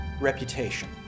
reputation